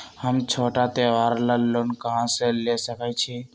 हम छोटा त्योहार ला लोन कहां से ले सकई छी?